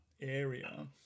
area